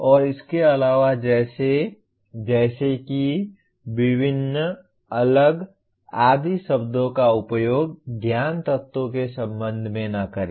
और इसके अलावा जैसे जैसे कि विभिन्न अलग आदि शब्दों का उपयोग ज्ञान तत्वों के संबंध में न करें